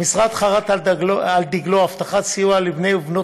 המשרד חרת על דגלו הבטחת סיוע לבני ובנות